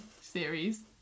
series